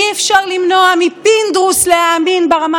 אי-אפשר למנוע מפינדרוס להאמין ברמה